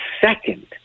second